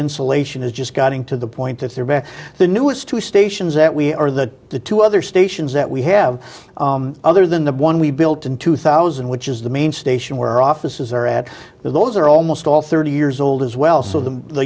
insulation is just gutting to the point that there are the new it's two stations that we are that the two other stations that we have other than the one we built in two thousand which is the main station where our offices are at those are almost all thirty years old as well so the the